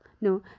No